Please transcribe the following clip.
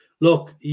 look